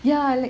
ya like